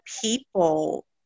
people